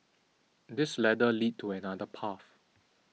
this ladder leads to another path